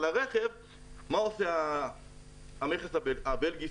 אבל מה עושה המכס הבלגי,